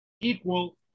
equal